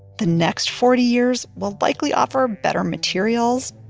the next forty years will likely offer better materials,